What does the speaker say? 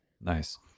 nice